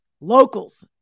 Locals